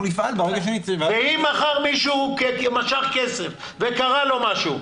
אנחנו נפעל ברגע שנצא --- ואם מחר מישהו משך כסף וקרה לו משהו?